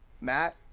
Matt